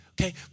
okay